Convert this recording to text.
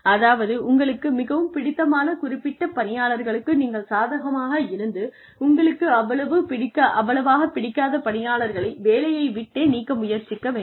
அதாவது உங்களுக்கு மிகவும் பிடித்தமான குறிப்பிட்ட பணியாளர்களுக்கு நீங்கள் சாதகமாக இருந்து உங்களுக்கு அவ்வளவாகப் பிடிக்காத பணியாளர்களை வேலையை விட்டே நீக்க முயற்சிக்க கூடும்